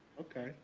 okay